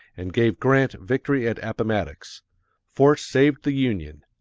and gave grant victory at appomattox force saved the union,